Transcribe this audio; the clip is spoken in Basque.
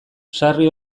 sarri